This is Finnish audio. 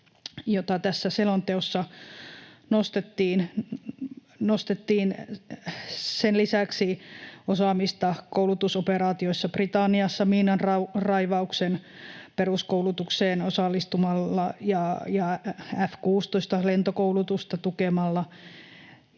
jota tässä selonteossa nostettiin. Nostettiin sen lisäksi osaamista koulutusoperaatioissa Britanniassa miinanraivauksen peruskoulutukseen osallistumalla ja F16-lentokoulutusta tukemalla,